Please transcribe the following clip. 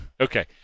Okay